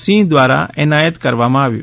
સિંહ દ્વારા એનાયત કરવામાં આવ્યું